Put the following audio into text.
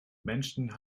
menschen